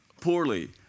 poorly